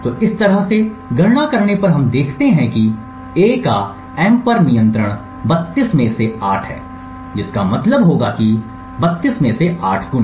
तो इस तरह से गणना करने पर हम देखते हैं कि A का M पर नियंत्रण 32 में से 8 है जिसका मतलब होगा कि 32 में से 8 गुना